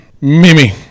Mimi